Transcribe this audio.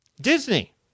Disney